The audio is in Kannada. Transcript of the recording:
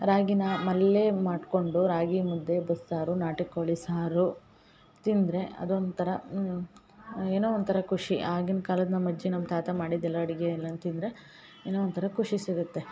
ರಾಗಿನ ಮನೇಲೇ ಮಾಡಿಕೊಂಡು ರಾಗಿಮುದ್ದೆ ಬಸ್ಸಾರು ನಾಟಿಕೋಳಿ ಸಾರು ತಿಂದರೆ ಅದೊಂಥರ ಏನೋ ಒಂಥರ ಖುಷಿ ಆಗಿನ ಕಾಲದ ನಮ್ಮ ಅಜ್ಜಿ ನಮ್ಮ ತಾತ ಮಾಡಿದ್ದೆಲ್ಲ ಅಡುಗೆ ಎಲ್ಲ ತಿಂದರೆ ಏನೋ ಒಂಥರ ಖುಷಿ ಸಿಗುತ್ತೆ